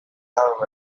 however